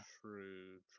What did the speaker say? True